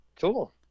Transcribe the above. Cool